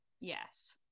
yes